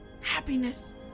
happiness